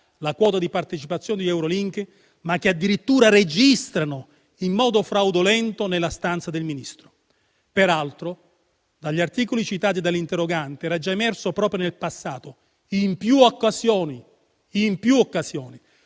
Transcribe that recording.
la quota di partecipazione di Eurolink, ma hanno addirittura registrato in modo fraudolento nella stanza del Ministro. Peraltro, dagli articoli citati dall'interrogante era già emerso proprio nel passato, in più occasioni, un intreccio